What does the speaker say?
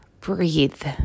breathe